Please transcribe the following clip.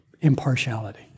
impartiality